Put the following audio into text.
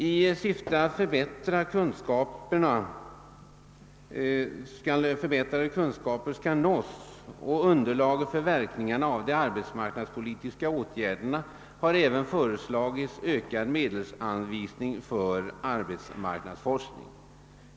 I syfte att förbättra kunskaperna om verkningarna av de arbetsmarknadspolitiska åtgärderna har även föreslagits ökad medelsanvisning för arbetsmarknadsforskning.